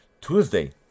Tuesday